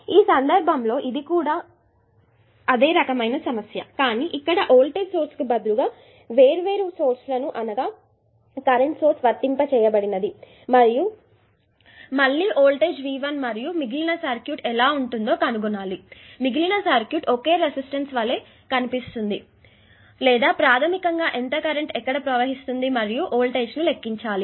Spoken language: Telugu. ఈ సందర్భంలో ఇది కూడా అదే రకమైన సమస్య కానీ ఇక్కడ వోల్టేజ్ సోర్స్కు బదులుగా వేర్వేరు సోర్స్ లను అనగా కరెంటు సోర్స్ వర్తింపచేయబడినది మరియు మళ్ళీ వోల్టేజ్ V1 మరియు మిగిలిన సర్క్యూట్ ఎలా ఉంటుందో కనుగొనాలి మిగిలిన సర్క్యూట్ ఒకే రెసిస్టన్స్ వలె కనిపిస్తుంది అని కనుగొనవలసి ఉంది లేదా ప్రాధమికంగా ఎంత కరెంటు ఎక్కడ ప్రవహిస్తుంది మరియు వోల్టేజ్ను లెక్కించాలి